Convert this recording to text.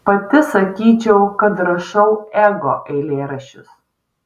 pati sakyčiau kad rašau ego eilėraščius